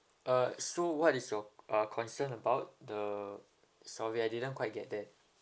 uh so what is your uh concern about the sorry I didn't quite get that